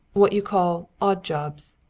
what you call odd jobs.